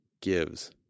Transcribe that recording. gives